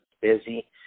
busy